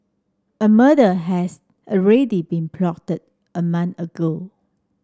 a murder has already been plotted a month ago